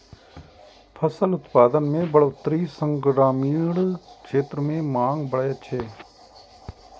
फसल उत्पादन मे बढ़ोतरी सं ग्रामीण क्षेत्र मे मांग बढ़ै छै